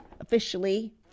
officially